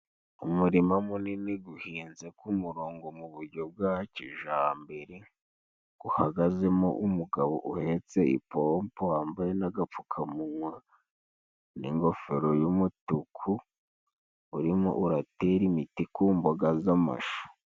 Umurima munini guhinze k'umurongo mu bujyo bwa kijambere ,guhagazemo umugabo uhetse ipompo wambaye n'agapfukamunwa n'ingofero y'umutuku urimo uratera imiti ku mboga z'amashu.